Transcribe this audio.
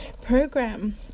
program